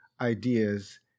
ideas